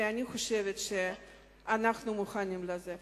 ואני חושבת שאנחנו מוכנים לזה.